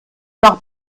nach